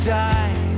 die